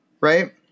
right